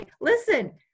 listen